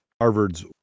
Harvard's